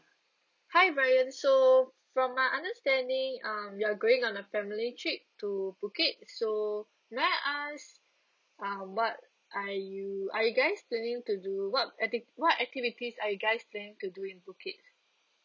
hi brian so from my understanding um you're going on a family trip to phuket so may I ask uh what are you are guys planning to do what acti~ what activities are you guys planning to do in phuket